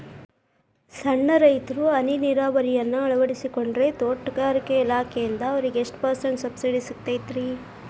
ಸಣ್ಣ ರೈತರು ಹನಿ ನೇರಾವರಿಯನ್ನ ಅಳವಡಿಸಿಕೊಂಡರೆ ತೋಟಗಾರಿಕೆ ಇಲಾಖೆಯಿಂದ ಅವರಿಗೆ ಎಷ್ಟು ಪರ್ಸೆಂಟ್ ಸಬ್ಸಿಡಿ ಸಿಗುತ್ತೈತರೇ?